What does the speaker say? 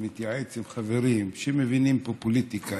ומתייעץ עם חברים שמבינים פופוליטיקה,